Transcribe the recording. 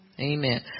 Amen